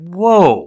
whoa